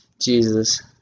Jesus